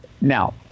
Now